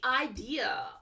idea